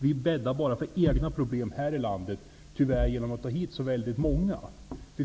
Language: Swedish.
Vi bäddar tyvärr bara för egna problem i Sverige genom att ta hit så många.